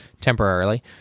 temporarily